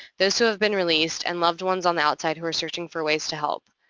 those who have been released and loved ones on the outside who are searching for ways to help.